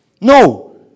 No